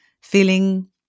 feeling